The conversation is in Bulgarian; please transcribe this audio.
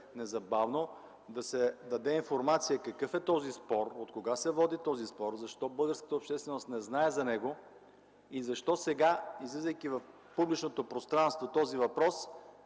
незабавно, да даде информация какъв е този спор, откога се води този спор, защо българската общественост не знае за него и защо сега, излизайки в публичното пространство, този въпрос